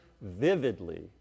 vividly